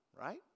right